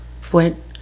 Flint